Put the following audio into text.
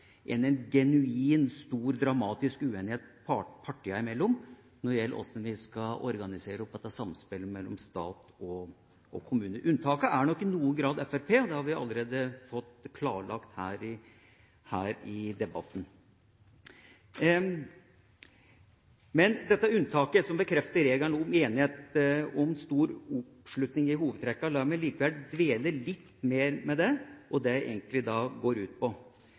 en genuin, stor, dramatisk uenighet partiene imellom når det gjelder hvordan vi skal organisere dette samspillet mellom stat og kommune. Unntaket er nok i noen grad Fremskrittspartiet; det har vi allerede fått klarlagt her i debatten. Når det gjelder dette unntaket som bekrefter regelen om stor enighet og oppslutning om hovedtrekkene, la meg dvele litt mer ved hva det egentlig går ut på.